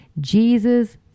Jesus